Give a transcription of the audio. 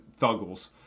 thuggles